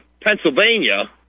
Pennsylvania